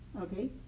okay